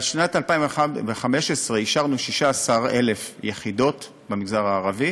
בשנת 2015 אישרנו 16,000 יחידות במגזר הערבי,